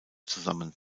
zusammen